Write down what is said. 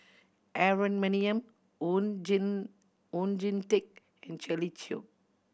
Aaron Maniam Oon Jin Oon Jin Teik and Shirley Chew